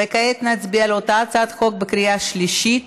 וכעת נצביע על אותה הצעת חוק בקריאה שלישית.